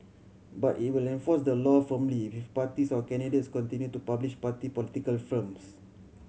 but it will enforce the law firmly if parties or candidates continue to publish party political films